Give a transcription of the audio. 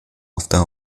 after